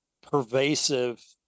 pervasive